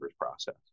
process